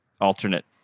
Alternate